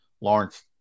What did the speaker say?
Lawrence